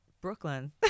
brooklyn